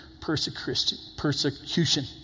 persecution